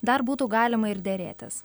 dar būtų galima ir derėtis